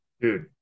dude